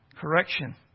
Correction